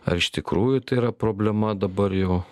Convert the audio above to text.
ar iš tikrųjų tai yra problema dabar jo